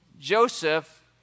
Joseph